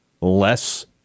less